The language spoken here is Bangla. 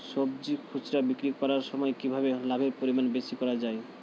সবজি খুচরা বিক্রি করার সময় কিভাবে লাভের পরিমাণ বেশি করা যায়?